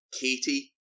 Katie